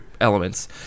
elements